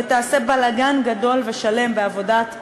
ותעשה בלגן גדול ושלם בעבודת הממשלה,